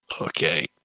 okay